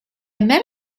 met